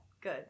Good